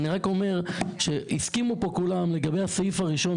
אני רק אומר שהסכימו פה כולם לגבי הסעיף הראשון,